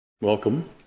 Welcome